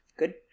Good